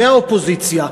מהאופוזיציה,